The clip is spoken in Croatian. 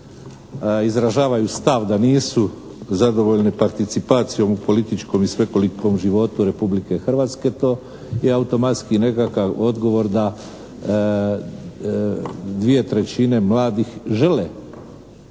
izražavaju stav da nisu zadovoljni participacijom u političkom i svekolikom životu Republike Hrvatske to je automatski nekakav odgovor da dvije trećine mladih žele